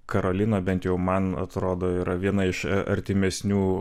karolina bent jau man atrodo yra viena iš artimesnių